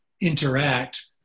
interact